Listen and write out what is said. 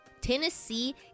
Tennessee